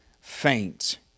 faint